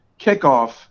kickoff